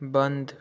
बंद